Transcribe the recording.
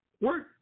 work